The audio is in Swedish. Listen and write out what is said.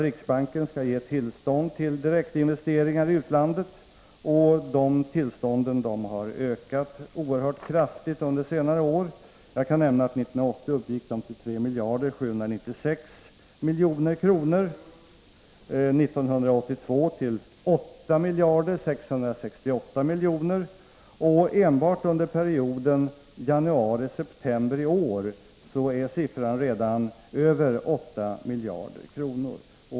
Riksbanken skall ju ge tillstånd till direktinvesteringar i utlandet, och de tillstånden har ökat i antal oerhört kraftigt under senare år. 1980 uppgick de till 3 796 milj.kr. och 1982 till 8 668 milj.kr. Enbart för perioden januariseptember i år är siffran över 8 miljarder kronor.